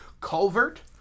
culvert